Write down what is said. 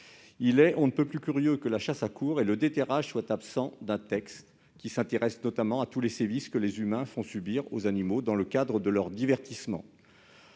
Il est pour le moins curieux que la chasse à courre et le déterrage soient absents d'un texte qui s'intéresse à tous les sévices que les humains font subir aux animaux dans le cadre de leurs divertissements.